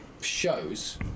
shows